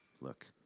look